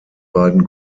beiden